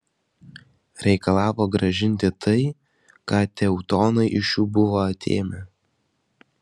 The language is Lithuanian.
reikalavo grąžinti tai ką teutonai iš jų buvo atėmę